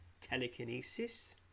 telekinesis